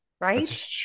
Right